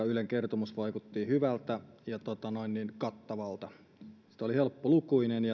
ylen kertomus vaikutti hyvältä ja kattavalta se oli helppolukuinen